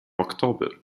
october